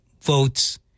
votes